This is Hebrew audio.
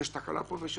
אם יש תקלה פה ושם,